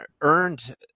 earned